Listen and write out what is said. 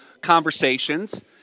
conversations